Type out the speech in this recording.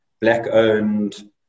black-owned